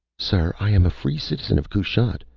sir, i am a free citizen of kushat.